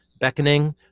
beckoning